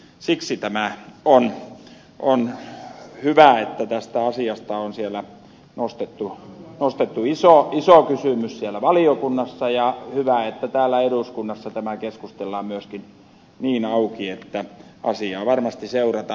siksi on hyvä että tästä asiasta on nostettu iso kysymys valiokunnassa ja hyvä että täällä eduskunnassa tämä keskustellaan myöskin niin auki että asiaa varmasti seurataan